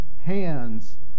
hands